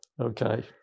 Okay